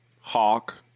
hawk